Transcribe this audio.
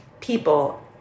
people